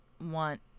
want